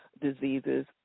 diseases